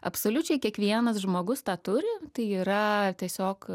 absoliučiai kiekvienas žmogus tą turi tai yra tiesiog